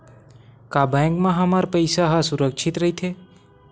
का बैंक म हमर पईसा ह सुरक्षित राइथे?